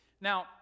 Now